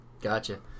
Gotcha